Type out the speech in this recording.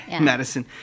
Madison